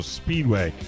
speedway